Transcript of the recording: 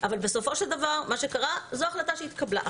אבל בסופו של דבר זו ההחלטה שהתקבלה.